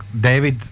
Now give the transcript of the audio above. David